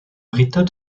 ritter